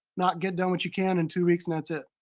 not get done what you can in two weeks and that's it.